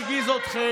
תתביישו לכם,